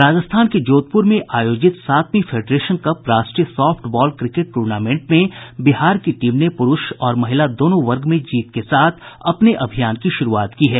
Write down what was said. राजस्थान के जोधप्र में आयोजित सातवीं फेडरेशन कप राष्ट्रीय सॉफ्ट बॉल क्रिकेट टूर्नामेंट में बिहार की टीम ने प्ररूष और महिला दोनों वर्ग में जीत के साथ अभियान की शुरूआत की है